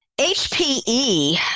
HPE